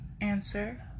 answer